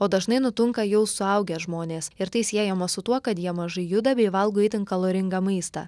o dažnai nutunka jau suaugę žmonės ir tai siejama su tuo kad jie mažai juda bei valgo itin kaloringą maistą